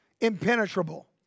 impenetrable